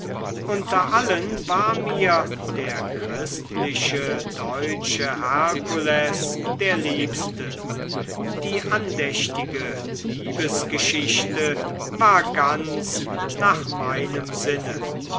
unter allen war mir der christliche deutsche herkules der liebste die andächtige liebesgeschichte war ganz nach meinem sinne